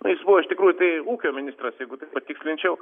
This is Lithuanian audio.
na jis buvo iš tikrųjų tai ūkio ministras jeigu taip patikslinčiau